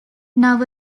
now